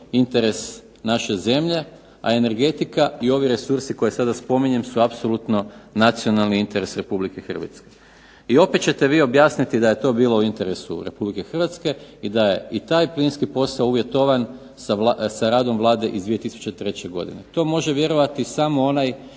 interes naše zemlje, a energetika i ovi resursi koje sada spominjem su apsolutno nacionalni interes Republike Hrvatske i opet ćete vi objasniti da je to bilo u interesu Republike Hrvatske i da je taj plinski posao uvjetovan sa radom Vlade iz 2003. godine, to može vjerovati samo onaj